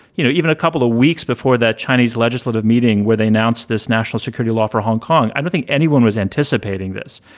you know, even a couple of weeks before that chinese legislative meeting where they announced this national security law for hong kong, i don't think anyone was anticipating this.